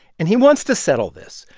and he wants to settle this.